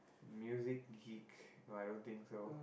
music geek no I don't think so